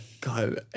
God